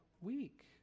week